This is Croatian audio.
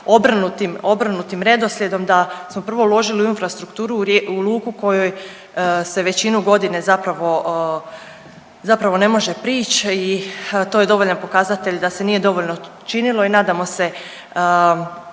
obrnutim redoslijedom, da smo prvo uložili u infrastrukturu, u luku u kojoj se većinu godine zapravo ne može prići i to je dovoljan pokazatelj da se nije dovoljno činilo i nadamo se